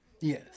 Yes